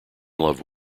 love